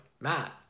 Matt